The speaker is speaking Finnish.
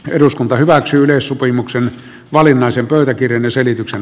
eduskunta hyväksyy sopimuksen valinnaisen pöytäkirjan selityksen